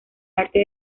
arte